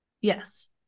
Yes